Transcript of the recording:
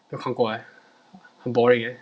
没有看过 leh 很 boring leh